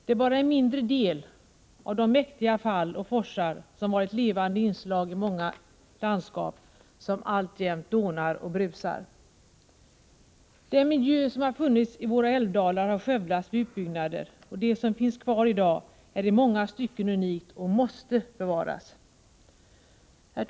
Det är bara en mindre del av de mäktiga fall och forsar, som har varit levande inslag i många landskap, som alltjämt dånar och brusar. Den miljö som har funnits i våra älvdalar har skövlats vid utbyggnader, och det som finns kvar i dag är i många stycken unikt och måste bevaras.